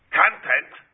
content